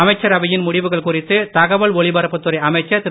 அமைச்சரவையின் முடிவுகள் குறித்து தகவல் ஒலிபரப்புத்துறை அமைச்சர் திரு